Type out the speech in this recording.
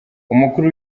umukuru